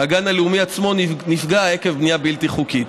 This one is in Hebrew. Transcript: הגן הלאומי עצמו נפגע עקב בנייה בלתי חוקית.